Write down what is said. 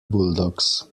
bulldogs